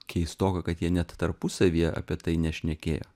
keistoka kad jie net tarpusavyje apie tai nešnekėjo